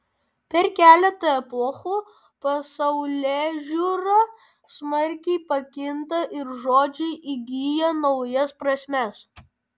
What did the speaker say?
per keletą epochų pasaulėžiūra smarkiai pakinta ir žodžiai įgyja naujas prasmes